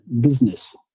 business